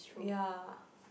ya